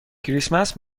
کریسمس